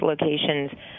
locations